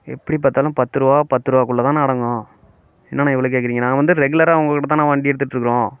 எப்படி பார்த்தாலும் பத்துருவா பத்து ருபாக்குள்ளதாணா அடங்கும் என்னண்ணா இவ்வளோ கேட்கறிங்க நான் வந்து ரெகுலராக உங்கக்கிட்ட தாண்ணா வண்டி எடுத்துகிட்ருக்குறோம்